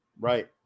right